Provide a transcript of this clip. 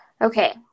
Okay